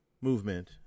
movement